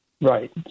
Right